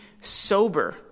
sober